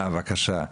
בבקשה.